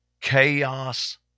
chaos